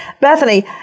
Bethany